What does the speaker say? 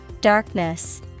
Darkness